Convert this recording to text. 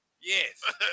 Yes